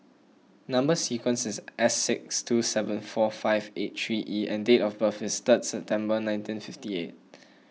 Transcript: Number Sequence is S six two seven four five eight three E and date of birth is third September nineteen fifty eight